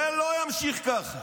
זה לא יימשך ככה.